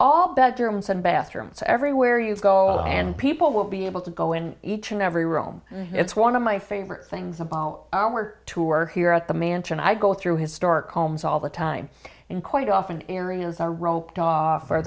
all bedrooms and bathrooms everywhere you go and people will be able to go in each and every room it's one of my favorite things about our tour here at the mansion i go through historic homes all the time and quite often areas are roped off